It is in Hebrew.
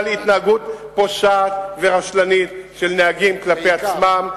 התנהגות פושעת ורשלנית של נהגים כלפי עצמם,